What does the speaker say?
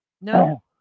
no